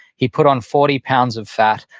he put on forty pounds of fat,